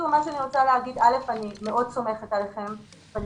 אני רוצה לומר שאני מאוד סומכת עליכם ואני